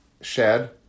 shed